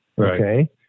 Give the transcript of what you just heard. Okay